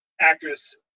actress